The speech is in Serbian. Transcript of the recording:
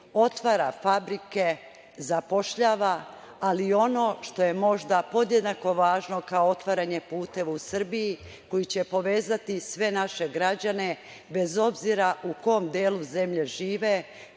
otvara fabrike, zapošljava, ali i ono što je možda podjednako važno kao otvaranje puteva u Srbiji koji će povezati sve naše građane, bez obzira u kom delu zemlje žive,